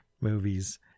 movies